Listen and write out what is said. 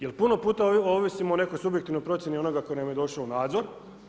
Jer puno puta ovisimo o nekoj subjektivnoj procjeni onoga tko nam je došao u nadzor.